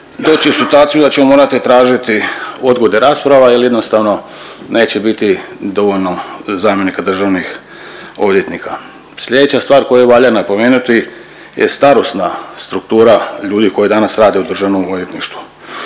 doći u situaciju da ćemo morati tražiti odgode rasprava jer jednostavno neće biti dovoljno zamjenika državnih odvjetnika. Slijedeća stvar koju valja napomenuti je starosna struktura ljudi koji danas rade u državnom odvjetništvu.